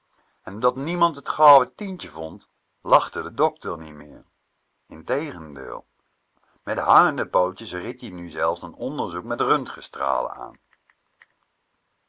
en omdat niemand t tientje vond lachte de dokter niet meer integendeel met hangende pootjes ried ie nu zelf n onderzoek met röntgenstralen aan